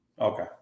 Okay